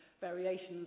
variations